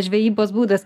žvejybos būdas